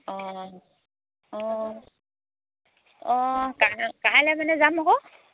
অঁ অঁ অঁ কাইলৈ মানে যাম আকৌ